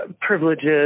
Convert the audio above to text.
privileges